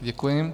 Děkuji.